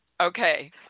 Okay